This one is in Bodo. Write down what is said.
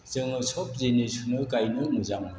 जोङो सब जिनिसखौनो गायनो मोजां मोनो